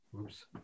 Oops